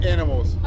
Animals